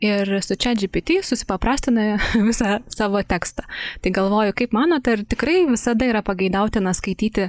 ir su čat džipity supaprastina visą savo tekstą tai galvoju kaip manot ar tikrai visada yra pageidautina skaityti